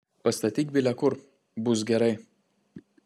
pastatyk bile kur bus gerai